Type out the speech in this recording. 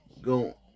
go